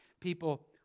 People